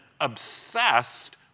obsessed